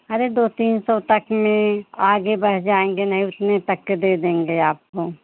अरे दो तीन सौ तक में आगे जाएँगे नहीं उतने तक के दे देंगे आपको